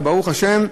וברוך השם,